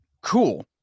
cool